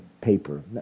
paper